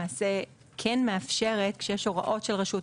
למעשה כן מאפשרת כשיש הוראות של רשות,